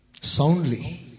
soundly